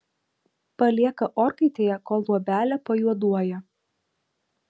palieka orkaitėje kol luobelė pajuoduoja